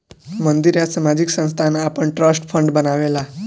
मंदिर या सामाजिक संस्थान आपन ट्रस्ट फंड बनावेला